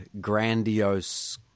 grandiose